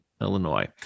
Illinois